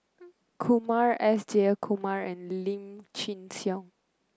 Kumar S Jayakumar and Lim Chin Siong